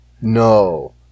No